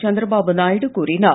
சந்திரபாபு நாயுடு கூறினார்